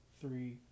three